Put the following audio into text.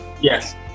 Yes